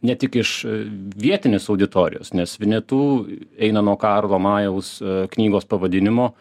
ne tik iš vietinės auditorijos nes vinetu eina nuo karlo majaus knygos pavadinimo